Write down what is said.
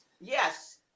Yes